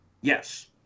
Yes